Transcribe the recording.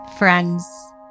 friends